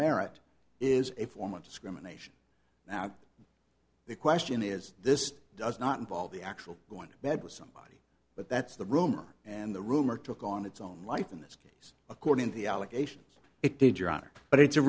merit is a form of discrimination now the question is this does not involve the actual going to bed with somebody but that's the rumor and the rumor took on its own life in this game according to the allegations it did your honor but it's a